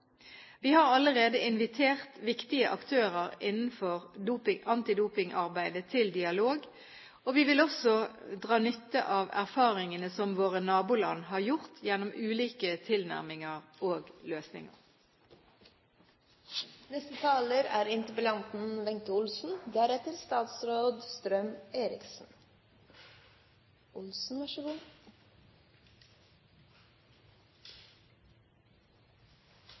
Vi har allerede invitert viktige aktører innenfor antidopingarbeidet til dialog. Vi vil også dra nytte av erfaringene som våre naboland har gjort gjennom ulike tilnærminger og løsninger. Først må jeg få takke ministeren for svaret. Jeg er